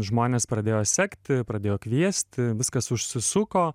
žmonės pradėjo sekti pradėjo kviesti viskas užsisuko